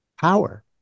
power